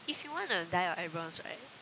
if you wanna dye your eyebrows right